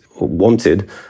wanted